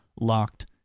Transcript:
locked